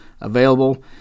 available